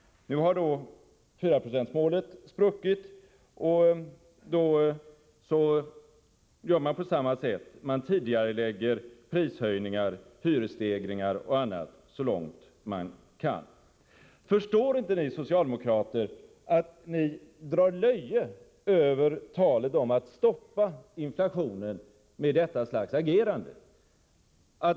Nu har 4-procentsmålet spruckit, och då gör regeringen på samma sätt, dvs. tidigarelägger prishöjningar, hyresstegringar m.m. så långt man kan. Förstår inte ni socialdemokrater att ni drar löje över talet om att stoppa inflationen med detta slags agerande?